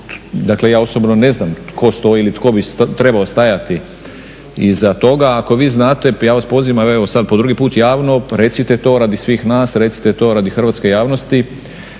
dakle ja osobno ne znam tko stoji ili tko bi trebao stajati iza toga, ako vi znate, ja vas pozivam, evo sada po drugi puta javno, recite to radi svih nas, recite to radi hrvatske javnosti